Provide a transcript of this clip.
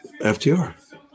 ftr